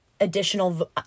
additional